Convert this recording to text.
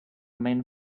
men